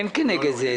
אין כנגד זה.